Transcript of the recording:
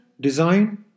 design